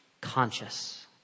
conscious